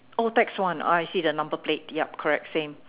oh tax one oh I see the number plate yup correct right same